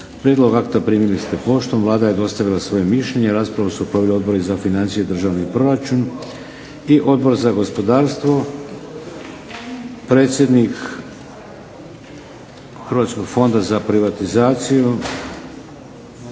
Prijedlog akta primili ste poštom. Vlada je dostavila svoje mišljenje. Raspravu su proveli Odbori za financije i državni proračun i Odbor za gospodarstvo. Predsjednik Nadzornog odbora Hrvatskog fonda za privatizaciju,